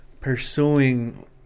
pursuing